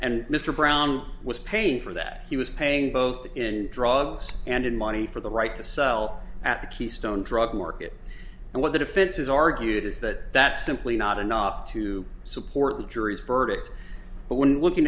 and mr brown was paying for that he was paying both in drugs and in money for the right to sell at the keystone drug market and what the defense has argued is that that's simply not enough to support the jury's verdict but when looking